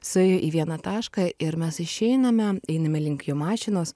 suėjo į vieną tašką ir mes išeiname einame link jo mašinos